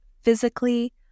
physically